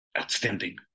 outstanding